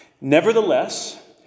Nevertheless